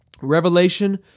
Revelation